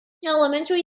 elementary